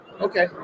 Okay